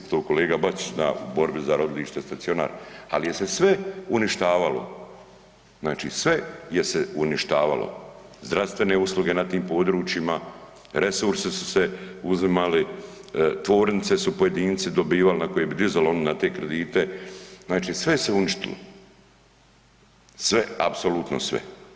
To kolega Bačić zna u borbi za rodilište, stacionar, ali je se sve uništavalo, znači sve je se uništavalo zdravstvene usluge na tim područjima, resurse su se uzimali, tvornice su pojedinci dobivali na koji bi dizali oni na te kredite, znači sve je se uništilo, sve, apsolutno sve.